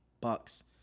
Bucks